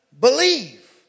believe